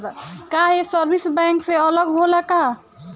का ये service bank से अलग होला का?